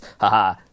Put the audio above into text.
haha